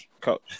coach